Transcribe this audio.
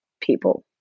people